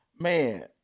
man